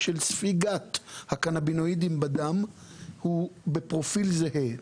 של ספיגת הקנבינואידים בדם הוא בפרופיל זהה,